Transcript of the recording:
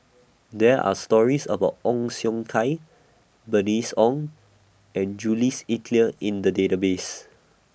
There Are stories about Ong Siong Kai Bernice Ong and Jules Itier in The Database